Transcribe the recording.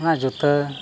ᱚᱱᱟ ᱡᱩᱛᱟᱹ